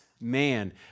man